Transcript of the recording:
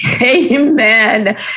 Amen